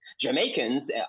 Jamaicans